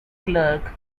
clerk